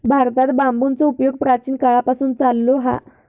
भारतात बांबूचो उपयोग प्राचीन काळापासून चाललो हा